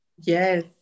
Yes